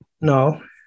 No